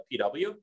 PW